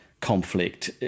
Conflict